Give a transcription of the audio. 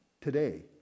today